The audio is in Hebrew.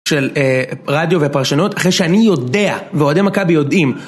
של רדיו ופרשנות, אחרי שאני יודע, ואוהדים מכבי יודעים